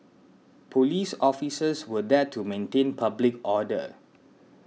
police officers were there to maintain public order